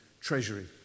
treasury